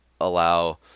allow